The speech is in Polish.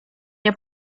nie